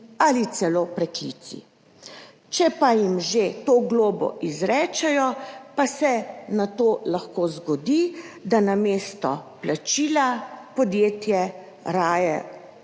ali celo preklici. Če pa jim že izrečejo to globo, pa se nato lahko zgodi, da namesto plačila podjetje raje odide